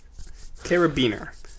carabiner